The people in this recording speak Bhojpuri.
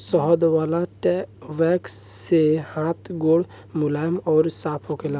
शहद वाला वैक्स से हाथ गोड़ मुलायम अउरी साफ़ होखेला